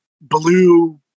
blue